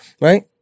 right